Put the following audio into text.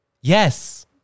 Yes